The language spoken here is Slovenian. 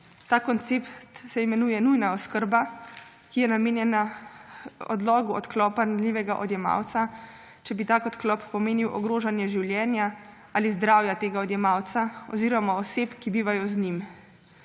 Ta koncept se imenuje nujna oskrba, ki je namenjena odlogu odklopa ranljivega odjemalca, če bi tak odklop pomenil ogrožanje življenja ali zdravja tega odjemalca oziroma oseb, ki bivajo z njim.